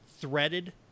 threaded